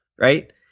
right